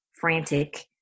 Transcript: frantic